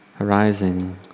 arising